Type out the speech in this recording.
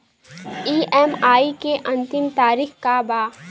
EMI के अंतिम तारीख का बा?